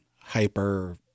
hyper